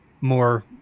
more